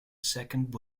second